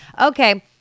Okay